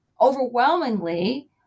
overwhelmingly